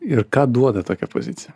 ir ką duoda tokia pozicija